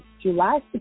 July